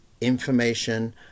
information